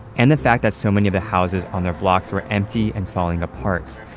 and the fact that so many of the houses on their blocks were empty and falling apart,